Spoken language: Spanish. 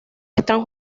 están